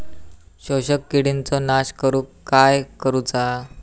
शोषक किडींचो नाश करूक काय करुचा?